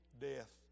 death